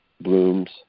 blooms